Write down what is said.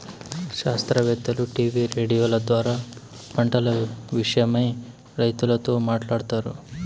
శాస్త్రవేత్తలు టీవీ రేడియోల ద్వారా పంటల విషయమై రైతులతో మాట్లాడుతారు